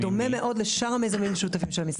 בדומה מאוד לשאר המיזמים המשותפים של המשרד.